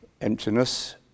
Emptiness